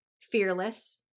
fearless